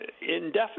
indefinitely